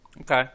Okay